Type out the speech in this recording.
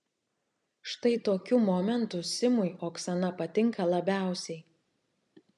štai tokiu momentu simui oksana patinka labiausiai